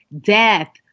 death